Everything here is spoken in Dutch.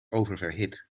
oververhit